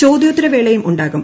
ചോദ്യോത്തര ക്പേളയും ഉണ്ടാകും